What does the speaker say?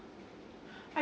I